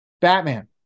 batman